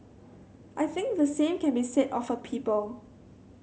I think the same can be said of a people